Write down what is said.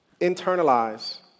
internalize